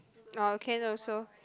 oh can also